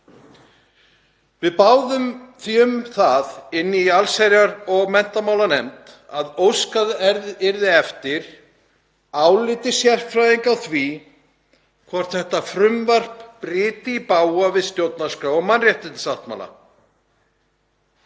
Við báðum því um það inni í allsherjar- og menntamálanefnd að óskað yrði eftir áliti sérfræðinga á því hvort þetta frumvarp bryti í bága við stjórnarskrá og mannréttindasáttmála